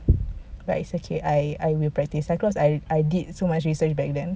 but it's okay I I will practise because I did so much research back then